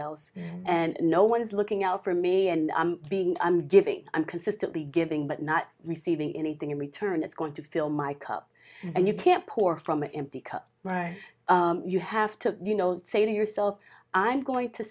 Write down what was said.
else and no one is looking out for me and i'm being i'm giving i'm consistently giving but not receiving anything in return it's going to fill my cup and you can't pour from an empty cup you have to you know say to yourself i'm going to